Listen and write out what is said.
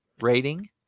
rating